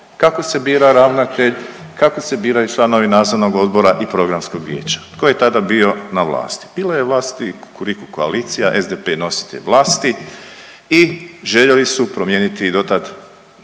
kako se bira ravnatelj, kako se biraju članovi Nadzornog odbora i Programskog vijeća, tko je tada bio na vlasti? Bila je na vlasti Kukuriku koalicija, SDP nositelj vlasti i željeli su promijeniti dotad